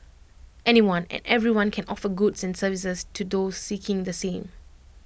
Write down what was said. anyone and everyone can offer goods and services to those seeking the same